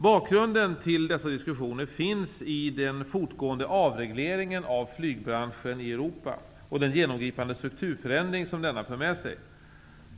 Bakgrunden till dessa diskussioner finns i den fortgående avregleringen av flygbranschen i Europa och den genomgripande strukturförändring som denna för med sig.